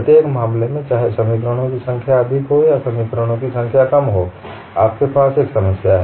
प्रत्येक मामले में चाहे समीकरणों की संख्या अधिक हो या समीकरणों की संख्या कम हो आपको एक समस्या है